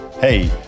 Hey